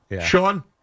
Sean